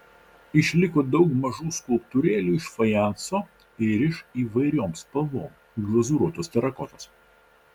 išliko daug mažų skulptūrėlių iš fajanso ir iš įvairiom spalvom glazūruotos terakotos